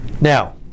Now